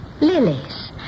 Lilies